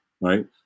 right